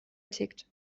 tickt